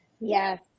Yes